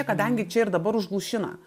kadangi čia ir dabar užglūšina